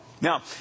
now